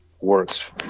works